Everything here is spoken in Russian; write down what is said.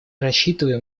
рассчитываем